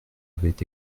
avaient